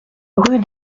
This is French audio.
rue